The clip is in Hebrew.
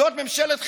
זאת ממשלת חירום?